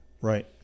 Right